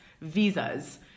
visas